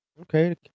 Okay